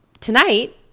Tonight